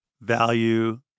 value